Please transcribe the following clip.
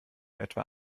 etwa